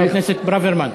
חבר הכנסת ברוורמן,